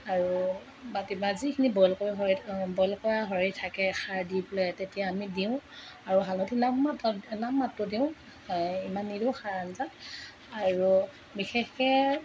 আৰু মাটিমাহ যিখিনি বইল কৰি হৈ বইল কৰা হৈ থাকে খাৰ দি পেলাই তেতিয়া আমি দিওঁ আৰু হালধি নামমাত্ৰ নামমাত্ৰ দিওঁ এই ইমান নিদিওঁ খাৰ আঞ্জাত আৰু বিশেষকৈ